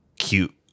cute